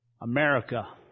America